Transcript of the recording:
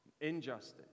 injustice